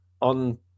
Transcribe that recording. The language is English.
on